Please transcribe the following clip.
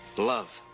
love.